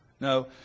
No